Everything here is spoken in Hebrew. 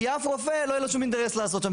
כי לאף רופא לא יהיה אינטרס לעשות שם.